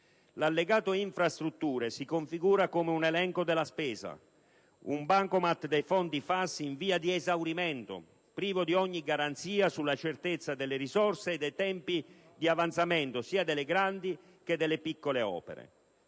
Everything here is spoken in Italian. L'allegato infrastrutture si configura come un elenco della spesa, con un bancomat dei fondi FAS in via di esaurimento, privo di ogni garanzia, sulla certezza delle risorse e dei tempi di avanzamento sia delle grandi che delle piccole opere.